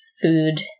food